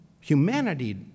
humanity